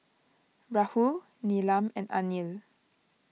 Rahul Neelam and Anil